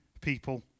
people